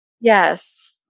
Yes